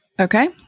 Okay